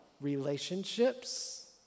relationships